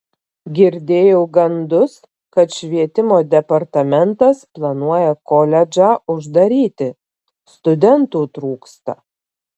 girdėjau gandus kad švietimo departamentas planuoja koledžą uždaryti studentų trūksta